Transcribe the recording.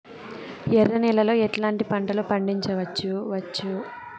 ఎర్ర నేలలో ఎట్లాంటి పంట లు పండించవచ్చు వచ్చు?